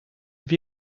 have